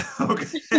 Okay